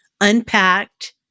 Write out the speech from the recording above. unpacked